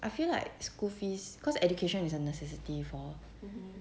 I feel like school fees cause education is a necessity for all